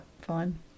fine